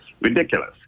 ridiculous